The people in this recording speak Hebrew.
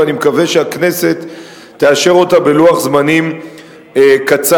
ואני מקווה שהכנסת תאשר אותה בלוח זמנים קצר.